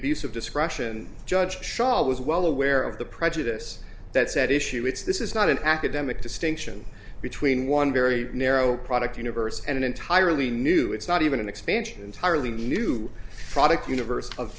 abuse of discretion judge shaw was well aware of the prejudice that said issue it's this is not an academic distinction between one very narrow product universe and an entirely new it's not even an expansion entirely new product universe of